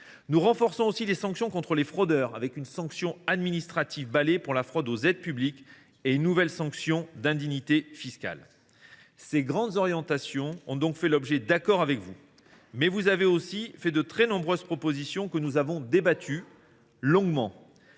Nous renforçons aussi les sanctions contre les fraudeurs avec une sanction administrative balai pour la fraude aux aides publiques et une nouvelle sanction d’indignité fiscale. Ces grandes orientations ont donc fait l’objet d’accords avec vous, mais vous avez aussi fait de très nombreuses propositions, que nous avons débattues longuement.